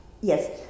Yes